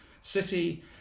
City